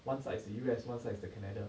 one side is the U_S one side is the canada